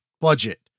budget